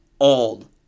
old